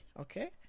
okay